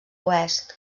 oest